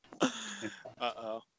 Uh-oh